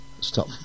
Stop